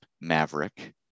Maverick